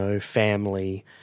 family